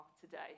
today